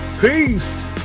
Peace